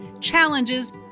challenges